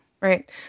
Right